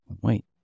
wait